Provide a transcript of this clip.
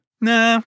Nah